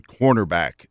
cornerback